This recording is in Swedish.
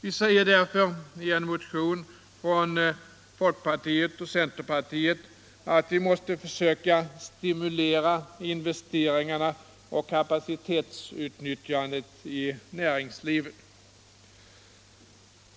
I en motion från folkpartiet och centern säger vi därför att man måste försöka stimulera investeringarna och kapacitetsutnyttjandet i näringslivet.